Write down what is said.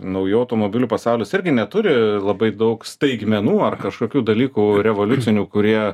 naujų automobilių pasaulis irgi neturi labai daug staigmenų ar kažkokių dalykų revoliucinių kurie